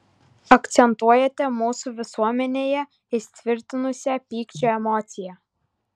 akcentuojate mūsų visuomenėje įsitvirtinusią pykčio emociją